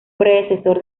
predecesor